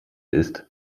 ist